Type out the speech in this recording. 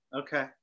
okay